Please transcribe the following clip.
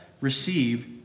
receive